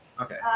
Okay